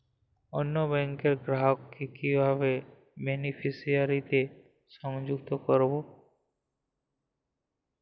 অন্য ব্যাংক র গ্রাহক কে কিভাবে বেনিফিসিয়ারি তে সংযুক্ত করবো?